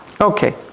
Okay